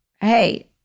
hey